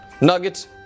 Nuggets